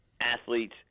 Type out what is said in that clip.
athletes